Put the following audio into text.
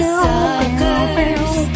suckers